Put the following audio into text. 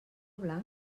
blanc